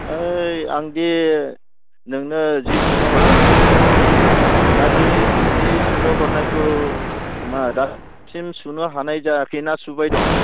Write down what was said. ओइ आंदि नोंनो जि सुनो हरदोंमोन दा बि जि सुनो हरनायखौ मा दासिम सुनो हानाय जायाखै ना सुबाय दं